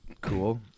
cool